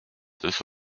this